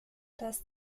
das